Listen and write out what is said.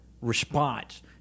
response